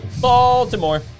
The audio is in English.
Baltimore